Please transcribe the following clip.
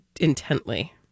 intently